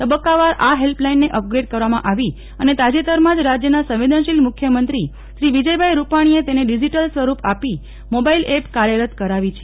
તબક્કાવાર આ હેલ્પ લાઈનને અપગ્રેડ કરવામાં આવી અને તાજેતરમાં જ રાજ્યના સંવેદનશીલ મુખ્યમંત્રી શ્રી વિજયભાઈ રૂપાણીએ તેને ડિજિટલ સ્વરૂપ આપી મોબાઈલ એપ કાર્યરત કરાવી છે